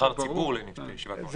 נבחר ציבור לישיבת מועצה.